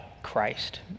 Christ